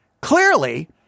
clearly